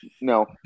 No